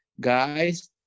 guys